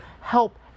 help